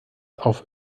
auf